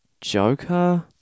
Joker